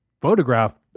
photograph